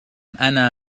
أنا